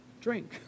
drink